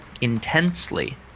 intensely